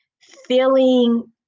feeling